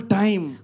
time